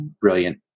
brilliant